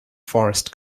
forest